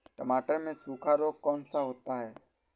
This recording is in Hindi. टमाटर में सूखा रोग कौन सा होता है?